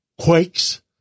quakes